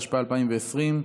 התשפ"א 2020,